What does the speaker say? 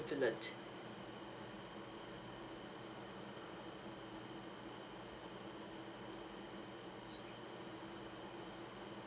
equivalent